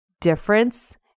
difference